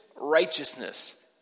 righteousness